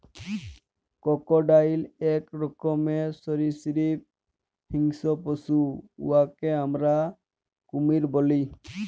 crocodile ইক রকমের সরীসৃপ হিংস্র পশু উয়াকে আমরা কুমির ব্যলি